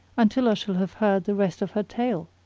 until i shall have heard the rest of her tale.